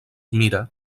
mira